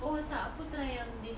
oh